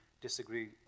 disagree